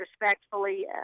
respectfully